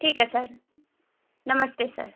ठीक है सर नमस्ते सर